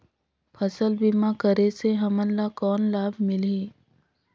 फसल बीमा करे से हमन ला कौन लाभ मिलही?